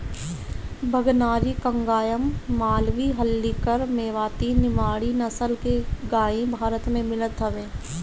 भगनारी, कंगायम, मालवी, हल्लीकर, मेवाती, निमाड़ी नसल के गाई भारत में मिलत हवे